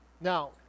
now